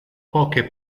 poche